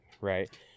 right